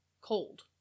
cold